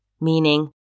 meaning